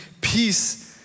peace